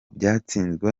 byatsinzwe